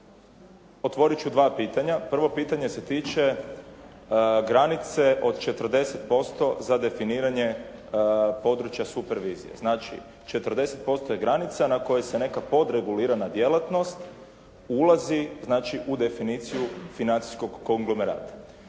Otvorit ću dva pitanja. Prvo, pitanje se tiče granice od 40% za definiranje područja supervizije. Znači 40% je granica na kojoj se neka podregulirana djelatnost ulazi u definiciju financijskog konglomerata.